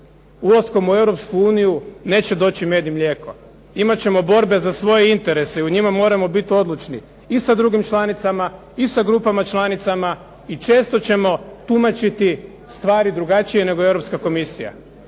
Ulaskom u Europsku uniju neće doći med i mlijeko. Imat ćemo borbe za svoje interese i u njima moramo biti odlučni i sa drugim članicama i sa grupama članicama i često ćemo tumačiti stvari drugačije nego Europska komisija.